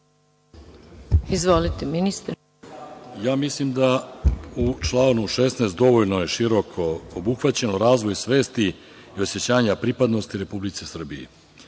Izvolite. **Mladen Šarčević** Mislim da u članu 16. dovoljno je široko obuhvaćeno razvoj svesti i osećanja pripadnosti Republici Srbiji,